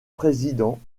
président